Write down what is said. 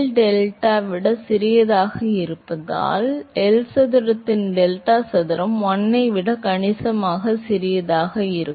எனவே delta L ஐ விட மிகவும் சிறியதாக இருப்பதால் L சதுரத்தின் டெல்டா சதுரம் 1 ஐ விட கணிசமாக சிறியதாக இருக்கும்